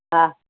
હા